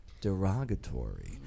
derogatory